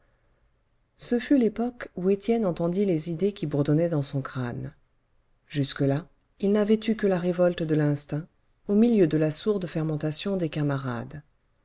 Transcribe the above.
ce fut l'époque où étienne entendit les idées qui bourdonnaient dans son crâne jusque-là il n'avait eu que la révolte de l'instinct au milieu de la sourde fermentation des camarades